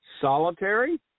Solitary